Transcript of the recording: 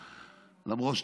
למרות,